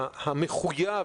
המחויב,